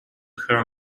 her